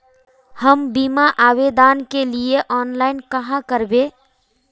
हम बीमा आवेदान के लिए ऑनलाइन कहाँ करबे?